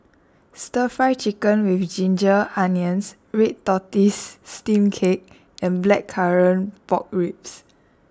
Stir Fry Chicken with Ginger Onions Red Tortoise Steamed Cake and Blackcurrant Pork Ribs